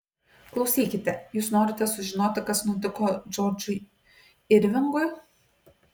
klausykite jūs norite sužinoti kas nutiko džordžui irvingui